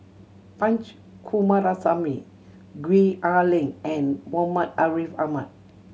Punch Coomaraswamy Gwee Ah Leng and Muhammad Ariff Ahmad